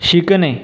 शिकणे